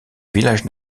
village